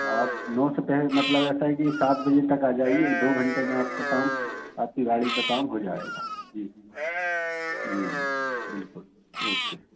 आप नोट पर है मतलब ऐसा है कि सात बजे तक आ जाइए दो घंटे में आपका काम आपकी गाड़ी का काम हो जाएगा जी जी बिल्कुल ओके